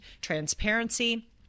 transparency